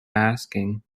asking